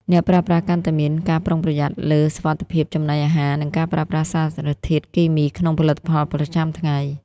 អ្នកប្រើប្រាស់កាន់តែមានការប្រុងប្រយ័ត្នលើ "សុវត្ថិភាពចំណីអាហារ" និងការប្រើប្រាស់សារធាតុគីមីក្នុងផលិតផលប្រចាំថ្ងៃ។